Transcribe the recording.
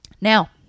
Now